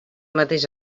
mateix